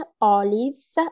olives